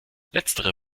letztere